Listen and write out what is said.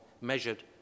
measured